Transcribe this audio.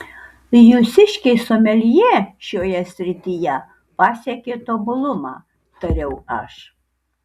jūsiškiai someljė šioje srityje pasiekė tobulumą tariau aš